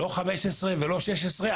לא 15,000 ולא 16,000,